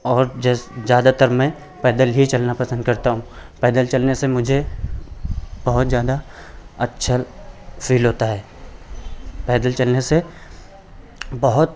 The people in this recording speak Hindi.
और ज़्यादातर मैं पैदल ही चलना पसंद करता हूँ पैदल चलने से मुझे बहुत ज़्यादा अच्छा फील होता है पैदल चलने से बहुत